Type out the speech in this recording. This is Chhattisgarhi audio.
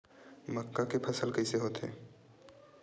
मक्का के फसल कइसे होथे?